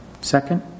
Second